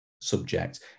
subject